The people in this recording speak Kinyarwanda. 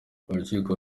urukiko